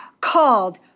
called